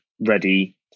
ready